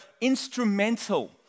instrumental